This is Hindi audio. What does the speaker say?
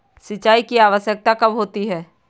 सिंचाई की आवश्यकता कब होती है?